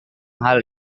hal